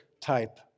type